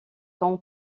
ton